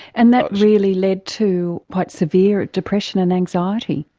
and that really led to quite severe depression and anxiety.